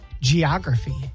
geography